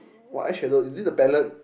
what eye shadow is this the pallet